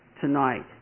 tonight